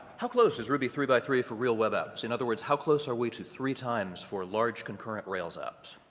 how close is ruby three x three for real web apps? in other words, how close are we to three times for large concurrent rails apps?